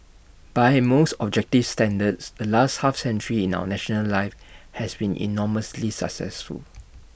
by most objective standards the last half century in our national life has been enormously successful